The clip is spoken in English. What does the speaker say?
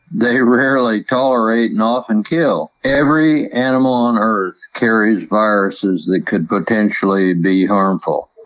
they rarely tolerate, and often kill. every animal on earth carries viruses that could potentially be harmful.